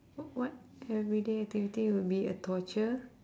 wh~ what everyday activity would be a torture